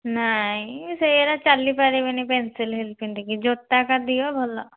ନାହିଁ ସେଇରା ଚାଲି ପାରିବିନି ପେନ୍ସିଲ୍ ହିଲ୍ ପିନ୍ଧିକି ଜୋତାଟା ଦିଅ ଭଲ